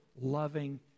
loving